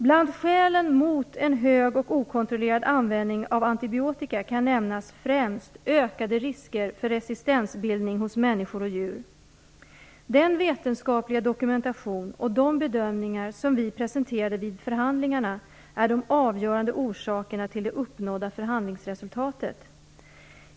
Bland skälen mot en hög och okontrollerad användning av antibiotika kan nämnas främst ökade risker för resistensbildning hos människor och djur. Den vetenskapliga dokumentation och de bedömningar som vi presenterade vid förhandlingarna är de avgörande orsakerna till det uppnådda förhandlingsresultatet.